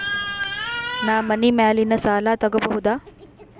ನಾ ಮನಿ ಮ್ಯಾಲಿನ ಸಾಲ ತಗೋಬಹುದಾ?